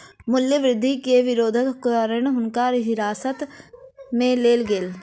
मूल्य वृद्धि के विरोधक कारण हुनका हिरासत में लेल गेलैन